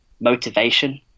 motivation –